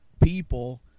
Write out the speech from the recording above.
people